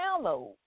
download